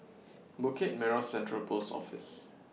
Bukit Merah Central Post Office